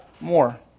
more